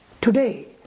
today